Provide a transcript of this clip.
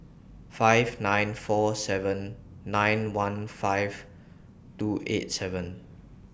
five nine four seven nine one five two eight seven